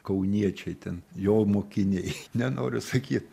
kauniečiai ten jo mokiniai nenoriu sakyt